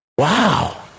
Wow